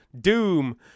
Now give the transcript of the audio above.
doom